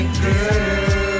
girl